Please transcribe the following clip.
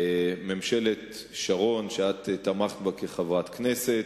ממשלת שרון, שאת תמכת בה כחברת הכנסת,